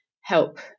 help